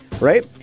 right